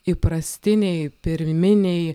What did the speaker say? įprastiniai pirminiai